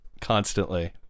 constantly